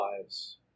lives